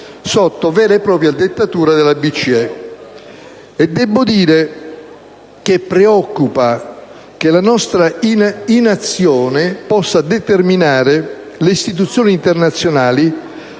sotto vera e propria dettatura della BCE. Debbo dire che preoccupa che la nostra inazione possa spingere le istituzioni internazionali